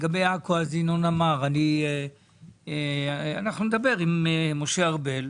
לגבי עכו אנחנו נדבר עם משה ארבל.